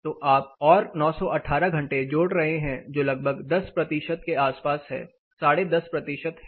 तो आप और 918 घंटे जोड़ रहे हैं जो लगभग 10 के आसपास है 105 प्रतिशत है